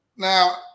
Now